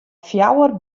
fjouwer